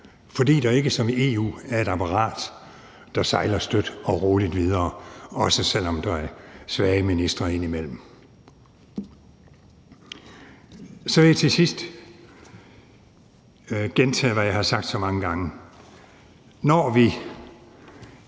fordi der ikke som i EU er et apparat, der sejler støt og roligt videre, også selv om der er svage ministre indimellem. Så vil jeg til sidst gentage, hvad jeg har sagt så mange gange: Når vi